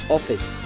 Office